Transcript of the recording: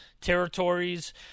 territories